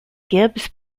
gibbs